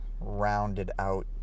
rounded-out